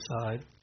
side